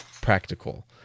practical